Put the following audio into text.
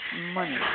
money